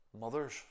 mothers